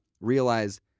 realize